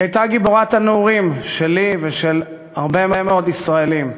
היא הייתה גיבורת הנעורים שלי ושל הרבה מאוד ישראלים,